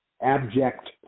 abject